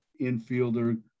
infielder